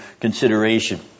consideration